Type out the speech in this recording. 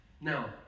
Now